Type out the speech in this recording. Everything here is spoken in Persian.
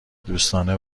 دوستانه